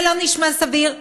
זה לא נשמע סביר.